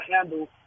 handle